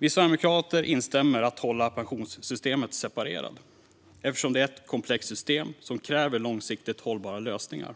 Vi sverigedemokrater instämmer i att vi bör hålla pensionssystemet separerat eftersom det är ett komplext system som kräver långsiktigt hållbara lösningar.